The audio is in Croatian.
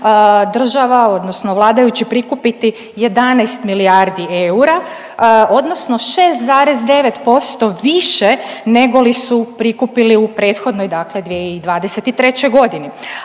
država odnosno vladajući prikupiti 11 milijardi eura odnosno 6,9% više negoli su prikupili u prethodnoj, dakle 2023.g..